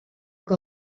que